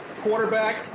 quarterback –